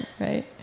Right